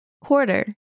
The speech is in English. Quarter